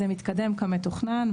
זה מתקדם כמתוכנן.